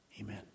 Amen